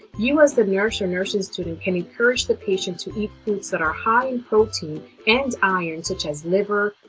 you as the nurse or nursing student can encourage the patient to eat foods that are high in protein and iron such as liver,